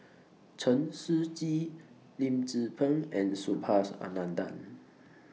Chen Shiji Lim Tze Peng and Subhas Anandan